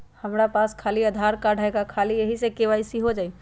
हमरा पास खाली आधार कार्ड है, का ख़ाली यही से के.वाई.सी हो जाइ?